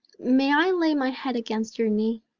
may i lay my head against your knee?